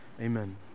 Amen